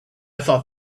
thought